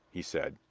he said,